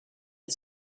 and